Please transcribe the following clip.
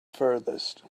furthest